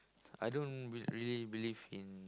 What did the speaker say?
I don't be~ really believe in